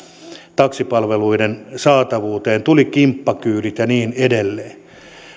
taksipalveluiden saatavuuteen tuli kimppakyydit ja niin edelleen